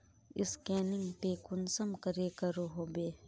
Scanning पे कुंसम करे करो होबे?